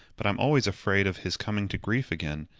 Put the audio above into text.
but i'm always afraid of his coming to grief again,